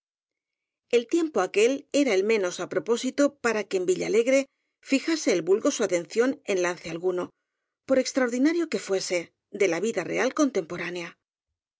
el tiempo aquel era el menos á propósito para que en villalegre fijase el vulgo su atención en lan ce alguno por extraordinario que fuese de la vida real contemporánea